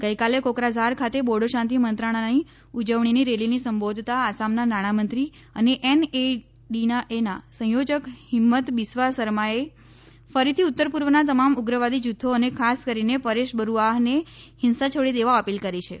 ગઇકાલે કોકરાઝાર ખાતે બોડો શાંતિ મંત્રણાની ઉજવણીની રેલીને સંબોધતાં આસામના નાણામંત્રી અને એનઇડીએના સંયોજક હિંમત બિસ્વા સરમાએ ફરીથી ઉત્તર પૂર્વના તમામ ઉગ્રવાદી જૂથી અને ખાસ કરીને પરેશ બરૂઆફને હિંસા છોડી દેવા અપીલ કરી છે